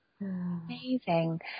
amazing